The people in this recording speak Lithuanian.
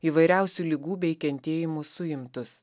įvairiausių ligų bei kentėjimų suimtus